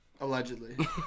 Allegedly